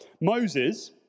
Moses